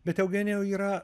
bet eugenijau yra